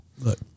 look